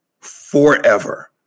forever